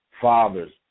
fathers